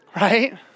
right